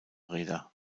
räder